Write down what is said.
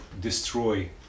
destroy